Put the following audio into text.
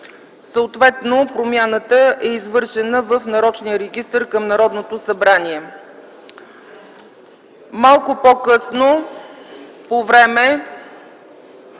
коалиция. Промяната е извършена в нарочния регистър към Народното събрание. Малко по-късно по време